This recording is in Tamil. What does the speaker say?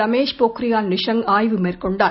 ரமேஷ் பொக்ரியால் நிஷாங்க் ஆய்வு மேற்கொண்டார்